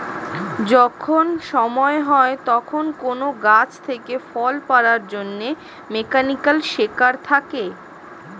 যখন সময় হয় তখন কোন গাছ থেকে ফল পাড়ার জন্যে মেকানিক্যাল সেকার থাকে